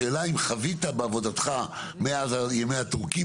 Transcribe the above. השאלה אם חווית בעבודתך מאז ימי הטורקים